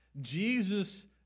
Jesus